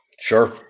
Sure